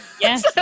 yes